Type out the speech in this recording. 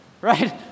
right